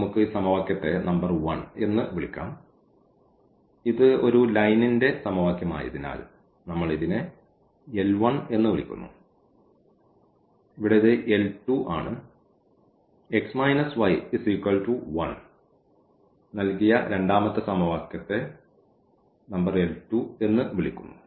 നമുക്ക് ഈ സമവാക്യത്തെ നമ്പർ 1 എന്ന് വിളിക്കാം ഇത് ഒരു ലൈനിന്റെ സമവാക്യം ആയതിനാൽ നമ്മൾ ഇതിനെ L1 എന്ന് വിളിക്കുന്നു ഇവിടെ ഇത് L2 ആണ് x y 1 നൽകിയ രണ്ടാമത്തെ സമവാക്യത്തെ നമ്പർ L2 എന്ന് വിളിക്കുന്നു